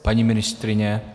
Paní ministryně?